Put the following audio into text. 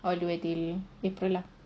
all the way till april lah